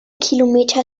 kilometer